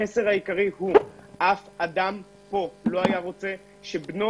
המסר העיקרי הוא שאף אדם לא היה רוצה שבנו,